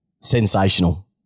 sensational